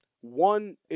one